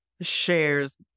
shares